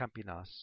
Campinas